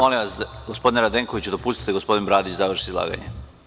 Molim vas, gospodine Radenkoviću, dopustite da gospodin Bradić završi izglanje.